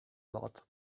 lot